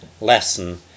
lesson